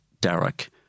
Derek